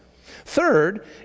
Third